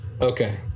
okay